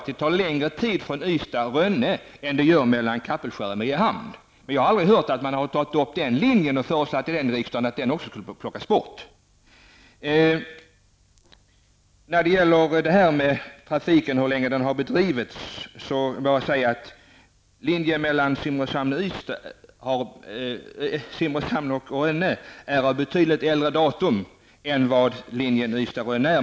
Det tar längre tid från Ystad till Rönne än vad det gör från Kapellskär till Mariehamn, men det har aldrig lagts fram något förslag till denna riksdag om att den skattefria försäljningen skall tas bort på den linjen. Trafiken på linjen mellan Simrishamn och Allinge har bedrivits betydligt längre tid än trafiken mellan Ystad och Rönne.